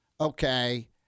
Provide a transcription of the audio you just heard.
okay